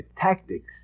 tactics